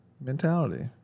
Mentality